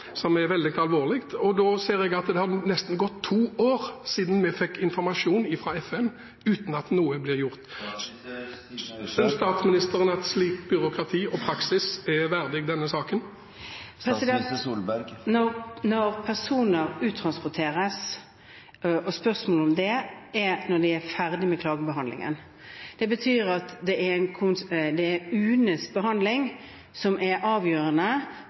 er veldig alvorlig. Jeg ser at det har gått nesten to år siden vi fikk informasjon fra FN, uten at noe har blitt gjort. Synes statsministeren at slikt byråkrati og slik praksis er denne saken verdig? Når det gjelder spørsmålet om når personer uttransporteres, skjer det når man er ferdig med klagebehandlingen. Det betyr at UNEs behandling er